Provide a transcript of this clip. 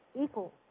equal